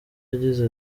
yagize